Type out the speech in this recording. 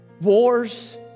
Wars